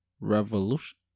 revolution